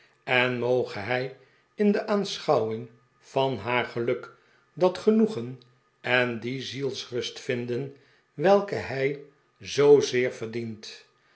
en moge hij in de aanschouwing van haar geluk dat genoegen en die zielsrust vinden welke hij zoozeer ver dient